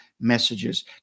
messages